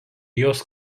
jos